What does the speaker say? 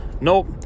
nope